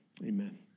Amen